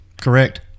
correct